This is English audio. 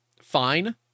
fine